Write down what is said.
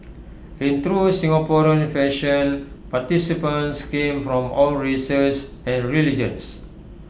in true Singaporean fashion participants came from all races and religions